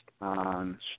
on